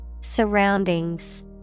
Surroundings